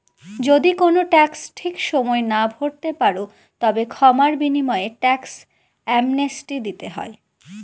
যদি কোনো ট্যাক্স ঠিক সময়ে না ভরতে পারো, তবে ক্ষমার বিনিময়ে ট্যাক্স অ্যামনেস্টি দিতে হয়